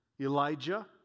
Elijah